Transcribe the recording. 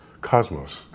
cosmos